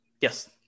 Yes